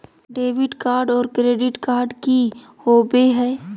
Debit card और credit card की होवे हय?